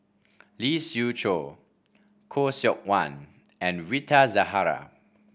Lee Siew Choh Khoo Seok Wan and Rita Zahara